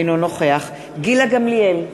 אינו נוכח גילה גמליאל,